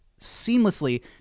seamlessly